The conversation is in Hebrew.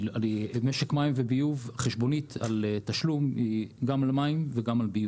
משק מים וביוב חשבונית על תשלום היא גם למים וגם על ביוב.